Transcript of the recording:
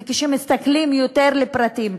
וכשמסתכלים יותר לפרטים,